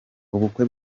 ubukwe